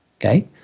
okay